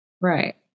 right